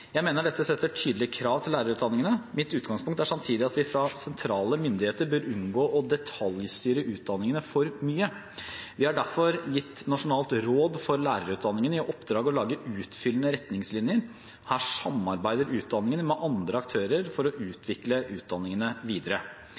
Jeg mener dette setter tydelige krav til lærerutdanningene. Mitt utgangspunkt er samtidig at vi fra sentrale myndigheter bør unngå å detaljstyre utdanningene for mye. Vi har derfor gitt Nasjonalt råd for lærerutdanning i oppdrag å lage utfyllende retningslinjer. Her samarbeider utdanningene med andre aktører for å utvikle utdanningene videre.